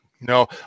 No